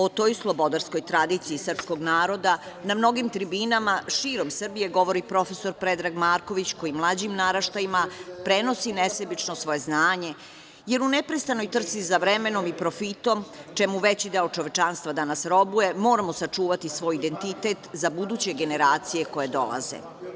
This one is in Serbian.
O toj slobodarskoj tradiciji srpskog naroda na mnogim tribinama širom Srbije govori prof. Predrag Marković koji mlađim naraštajima prenosi nesebično svoje znanje, jer u neprestanoj trci za vremenom i profitom, čemu veći deo čovečanstva danas robuje, moramo sačuvati svoj identitet za buduće generacije koje dolaze.